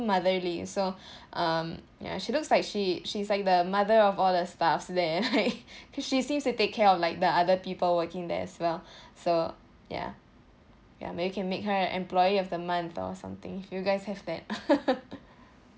motherly so um ya she looks like she she's like the mother of all the staffs there like she seems to take care of like the other people working there as well so ya ya but you can make her employee of the month or something if you guys have that